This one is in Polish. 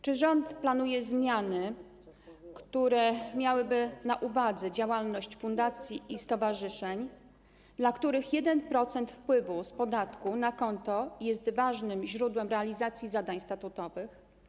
Czy rząd planuje zmiany, które miałyby na uwadze działalność fundacji i stowarzyszeń, dla których 1% wpływu z podatku na konto jest ważnym źródłem realizacji zadań statutowych?